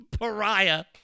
pariah